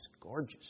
gorgeous